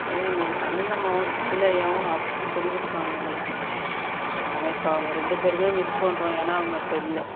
ஏன்னா எங்களுக்கு தமிழ் அம்மாவும் தமிழ் ஐயாவும் அப்படி சொல்லி கொடுப்பாங்க எங்களுக்கு நாங்கள் இப்போ அவங்க ரெண்டு பேருமே மிஸ் பண்ணுறோம் ஏன்னா அவங்க இப்போ இல்லை